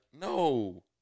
no